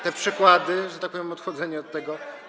Te przykłady, że tak powiem, odchodzenie od tego?